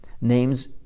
names